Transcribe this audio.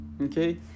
Okay